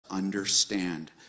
understand